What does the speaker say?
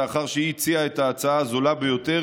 לאחר שהיא הציעה את ההצעה הזולה ביותר